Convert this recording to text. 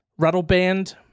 Rattleband